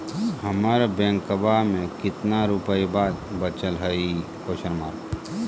हमर बैंकवा में कितना रूपयवा बचल हई?